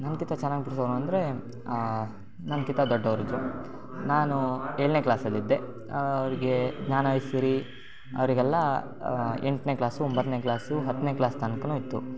ನನ್ಗಿಂತ ಚೆನ್ನಾಗಿ ಬಿಡ್ಸೋವ್ರು ಅಂದರೆ ನನ್ಗಿಂತ ದೊಡ್ಡವ್ರಿದ್ರು ನಾನು ಏಳನೇ ಕ್ಲಾಸಲ್ಲಿದ್ದೆ ಅವ್ರಿಗೆ ಜ್ಞಾನ ಐಸಿರಿ ಅವರಿಗೆಲ್ಲ ಎಂಟನೇ ಕ್ಲಾಸು ಒಂಬತ್ತನೇ ಕ್ಲಾಸು ಹತ್ತನೇ ಕ್ಲಾಸ್ ತನ್ಕನೂ ಇತ್ತು